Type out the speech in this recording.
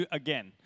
again